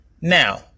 now